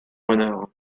renard